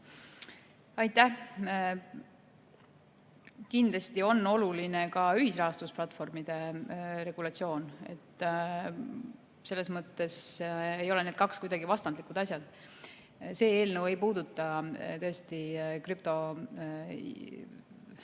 Aitäh! Kindlasti on oluline ka ühisrahastusplatvormide regulatsioon. Selles mõttes ei ole need kaks kuidagi vastandlikud asjad. See eelnõu ei puuduta tõesti krüptorahastust